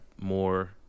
more